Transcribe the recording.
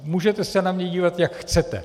Můžete se na mě dívat, jak chcete.